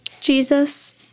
Jesus